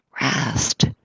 rest